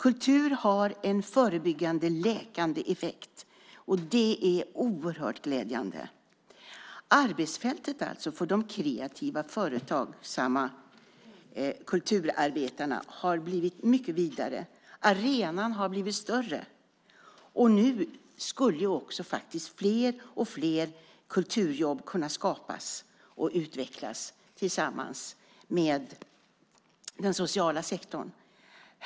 Kultur har en förebyggande och läkande effekt. Det är oerhört glädjande. Arbetsfältet för de kreativa, företagsamma kulturarbetarna har alltså blivit mycket vidare. Arenan har blivit större. Nu skulle också fler och fler kulturjobb kunna skapas och utvecklas tillsammans med den sociala sektorn.